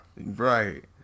Right